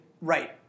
Right